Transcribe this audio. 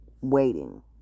waiting